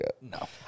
No